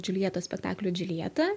džiuljetos spektaklio džiuljeta